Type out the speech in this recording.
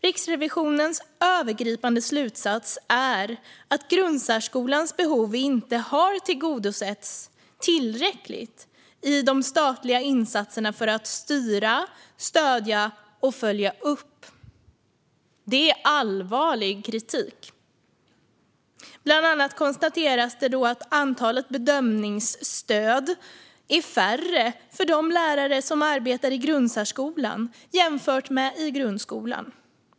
Riksrevisionens övergripande slutsats är att grundsärskolans behov inte tillgodosetts tillräckligt i de statliga insatserna för att styra, stödja och följa upp. Det är allvarlig kritik. Riksrevisionen konstaterar bland annat att antalet bedömningsstöd är färre för lärare i grundsärskolan än för dem i grundskolan.